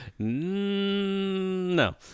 No